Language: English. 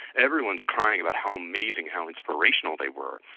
everyone is crying about how amazing, how inspirational they were.